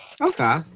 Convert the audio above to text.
Okay